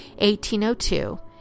1802